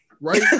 right